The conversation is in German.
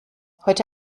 heute